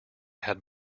had